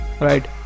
right